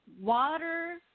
water